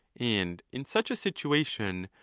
and in such a situation,